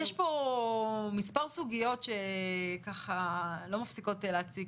יש פה מספר סוגיות שלא מפסיקות להציק